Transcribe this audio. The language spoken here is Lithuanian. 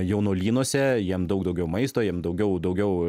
jaunuolynuose jiem daug daugiau maisto jiem daugiau daugiau